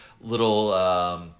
little